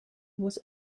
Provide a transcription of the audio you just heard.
was